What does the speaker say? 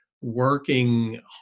working